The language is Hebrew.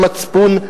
מצפון,